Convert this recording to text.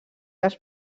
dels